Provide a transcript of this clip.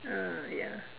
ah ya